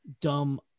dumb